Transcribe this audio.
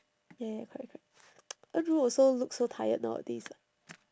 ya ya correct correct en ru also look so tired nowadays like